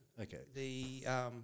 Okay